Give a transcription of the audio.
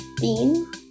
bean